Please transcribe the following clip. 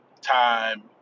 time